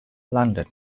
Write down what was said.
london